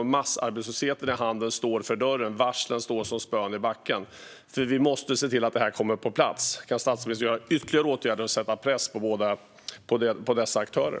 En massarbetslöshet i handeln står för dörren. Varslen står som spön i backen. Vi måste se till att det här kommer på plats. Kan statsministern vidta ytterligare åtgärder och sätta press på dessa aktörer?